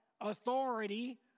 authority